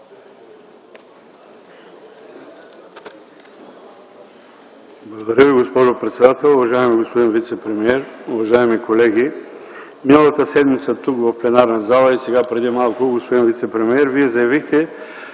Благодаря Ви, госпожо председател. Уважаеми господин вицепремиер, уважаеми колеги! Миналата седмица тук, в пленарната зала, и сега, преди малко, господин вицепремиер, Вие заявихте,